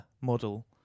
model